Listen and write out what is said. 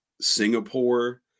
Singapore